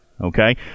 Okay